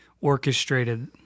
orchestrated